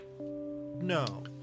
No